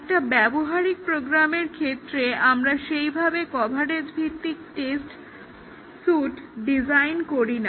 একটা ব্যবহারিক প্রোগ্রামের ক্ষেত্রে আমরা সেইভাবে কভারেজ ভিত্তিক টেস্ট সুট ডিজাইন করিনা